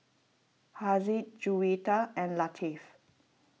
Haziq Juwita and Latif